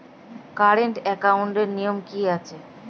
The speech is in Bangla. কারেন্ট একাউন্টের নিয়ম কী আছে?